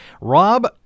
Rob